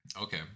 Okay